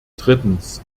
drittens